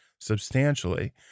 substantially